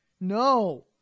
No